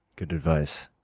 good advice.